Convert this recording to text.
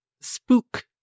Spook